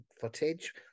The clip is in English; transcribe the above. footage